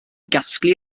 gasglu